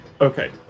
Okay